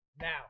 now